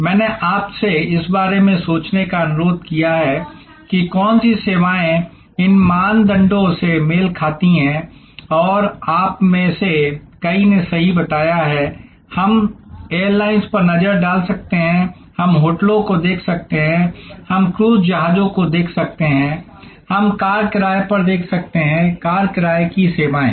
मैंने आपसे इस बारे में सोचने का अनुरोध किया है कि कौन सी सेवाएँ इन मानदंडों से मेल खा सकती हैं और आप में से कई ने सही बताया है हम एयरलाइंस पर नज़र डाल सकते हैं हम होटलों को देख सकते हैं हम क्रूज जहाजों को देख सकते हैं हम कार किराए पर देख सकते हैं कार किराये की सेवाएं